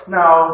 now